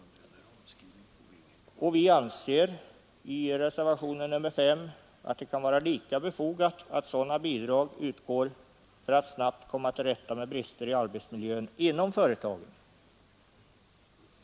Vi anser i reservationen 5 att det kan vara lika befogat att sådana bidrag utgår för att man snabbt skall komma till rätta med brister i arbetsmiljön inom företagen.